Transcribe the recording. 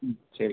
ശരി